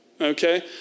okay